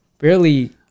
barely